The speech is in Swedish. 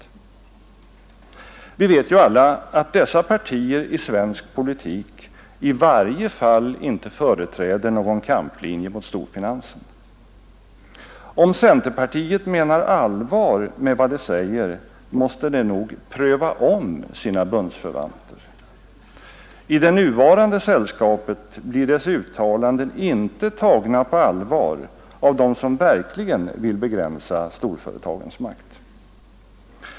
Vi vet ju alla att dessa partier i svensk politik i varje fall inte företräder någon kamplinje mot storfinansen. Om centerpartiet menar allvar med vad det säger, måste det nog pröva om sina bundsförvanter. I det nuvarande sällskapet blir dess uttalanden inte tagna på allvar av dem som verkligen vill begränsa storföretagens makt.